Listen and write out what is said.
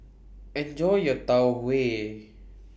Enjoy your Tau Huay